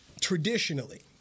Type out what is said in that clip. traditionally